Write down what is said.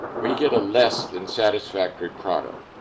we get a less than satisfactory product.